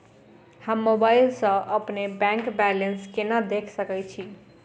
हम मोबाइल सा अपने बैंक बैलेंस केना देख सकैत छी?